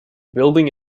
building